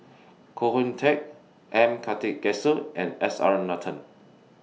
Koh Hoon Teck M Karthigesu and S R Nathan